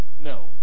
no